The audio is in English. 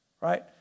right